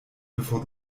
bevor